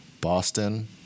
Boston